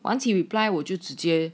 once he reply 我就直接